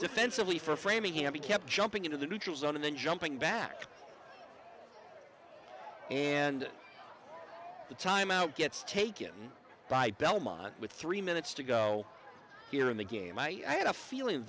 defensively for framingham he kept jumping into the neutral zone and then jumping back and the timeout gets taken by belmont with three minutes to go here in the game i had a feeling